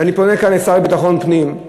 ואני פונה כאן לשר לביטחון הפנים,